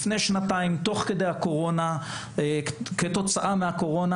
לפני שנתיים תוך כדי הקורונה, כתוצאה מהקורונה